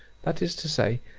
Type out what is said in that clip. that is to say,